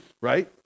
right